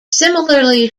similarly